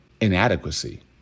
inadequacy